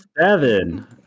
seven